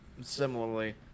similarly